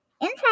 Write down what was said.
inside